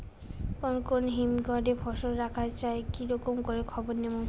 কুন কুন হিমঘর এ ফসল রাখা যায় কি রকম করে খবর নিমু?